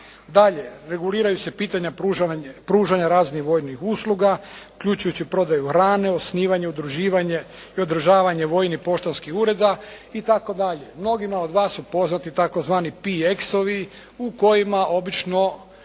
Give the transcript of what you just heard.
Dalje, reguliraju se pitanja pružanja raznih vojnih usluga, uključujući prodaju hrane, osnivanje, udruživanje i održavanje vojnih i poštanskih ureda itd. Mnogima od vas su poznati tzv. PEX-ovi u kojima obično